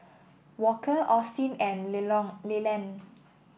Walker Austin and Lelond